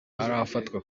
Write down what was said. arafatwa